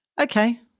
Okay